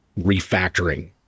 refactoring